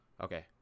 okay